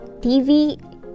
TV